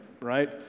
right